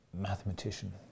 mathematician